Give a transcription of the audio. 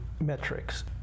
metrics